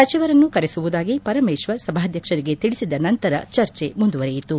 ಸಚಿವರನ್ನು ಕರೆಸುವುದಾಗಿ ಪರಮೇಶ್ವರ್ ಸಭಾಧ್ಯಕ್ಷರಿಗೆ ತಿಳಿಸಿದ ನಂತರ ಚರ್ಚೆ ಮುಂದುವರೆಯಿತು